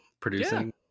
producing